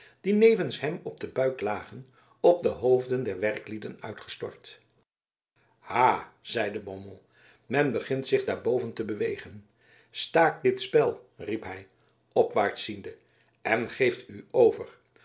die nevens hem op den buik lagen op de hoofden der werklieden uitgestort ha zeide beaumont men begint zich daarboven te bewegen staakt dit spel riep hij opwaarts ziende en geeft u over